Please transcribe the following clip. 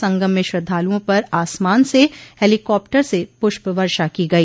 संगम में श्रद्धालुओं पर आसमान से हेलीकाप्टर से पुष्प वर्षा की गई